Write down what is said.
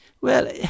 Well